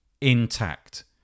intact